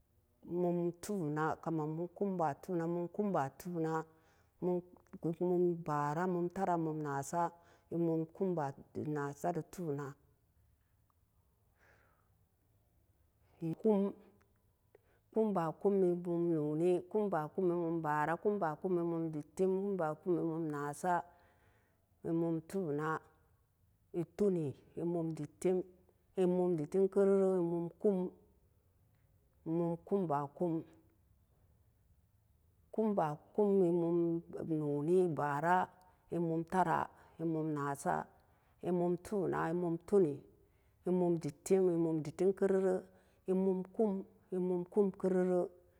Mum tu'una kamen mum kum ba'a tu'una mum kum ba'a tu'una mum baara mum tura mum na'asa mum kum- ba'a nasa e tu'una mum ba'a kum e mum no'oni kum ba'a kum e mum baana kum ba'a kum e mum dutim kum ba'a kum e mum na'asa e mum tu'una e mum tunin e mum tutim e mum dutim e mum dutim- kerere e mum kum noo kum ba'a kum kum ba'a kum e noo noori e ba'ara e mum tara e mum naasa e mum tu'una e mum tunin e mum dutim e mum dutim- kerere e mum kum e mum kum- kerere